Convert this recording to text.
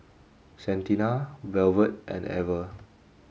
Santina Velvet and Ever